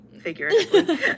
figuratively